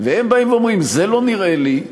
והם אומרים: זה לא נראה לי,